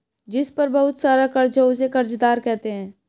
जिस पर बहुत सारा कर्ज हो उसे कर्जदार कहते हैं